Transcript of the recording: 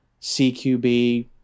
CQB